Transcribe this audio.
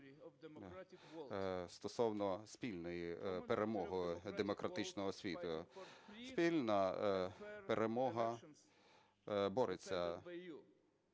Стосовно спільної перемоги демократичного світу, спільна перемога… бореться